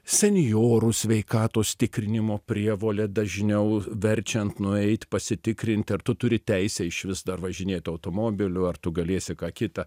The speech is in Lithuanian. senjorų sveikatos tikrinimo prievolė dažniau verčiant nueit pasitikrint ar tu turi teisę išvis dar važinėt automobiliu ar tu galėsi ką kita